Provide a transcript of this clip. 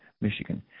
Michigan